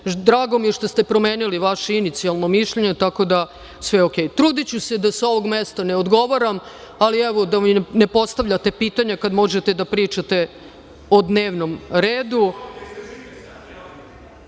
Drago mi je što ste promenili vaše inicijalno mišljenje, tako da je sve okej. Trudiću se da sa ovog mesta ne odgovaram, ali evo da mi ne postavljate pitanja kada možete da pričate o dnevnom